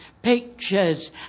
pictures